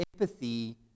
empathy